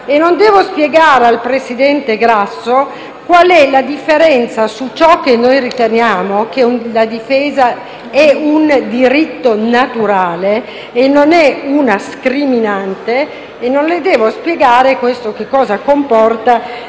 e non devo spiegare al presidente Grasso qual è la differenza in ciò che noi riteniamo, ovvero che la difesa sia un diritto naturale e non sia una scriminante e non devo spiegare che cosa comporta